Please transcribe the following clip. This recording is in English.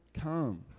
come